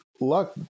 luck